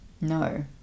No